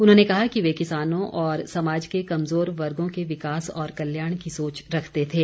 उन्होंने कहा कि वे किसानों और समाज के कमजोर वर्गों के विकास और कल्याण की सोच रखते थे